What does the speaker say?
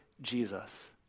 Jesus